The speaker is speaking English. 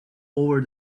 over